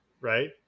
right